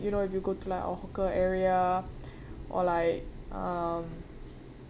you know if you go to like a hawker area or like um